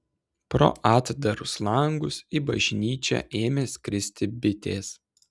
pro atdarus langus į bažnyčią ėmė skristi bitės